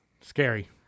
Scary